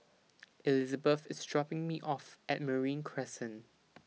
Elizabeth IS dropping Me off At Marine Crescent